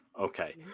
Okay